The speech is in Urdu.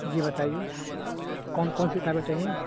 جی بتائیے کون کون سی کتابیں چاہیے آپ کو